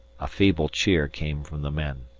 a feeble cheer came from the men.